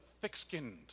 thick-skinned